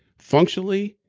functionally,